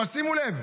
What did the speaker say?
אבל שימו לב,